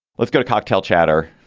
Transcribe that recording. let's go to cocktail chatter.